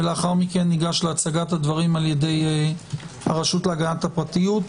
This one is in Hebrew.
ולאחר מכן ניגש להצגת הדברים על ידי הרשות להגנת הפרטיות.